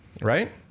right